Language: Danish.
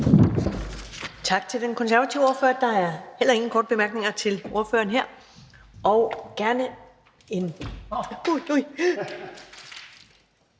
Tak til den konservative ordfører. Der er heller ingen korte bemærkninger til ordføreren her. Velkommen